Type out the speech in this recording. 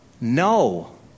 No